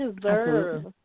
deserve